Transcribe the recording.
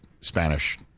Spanish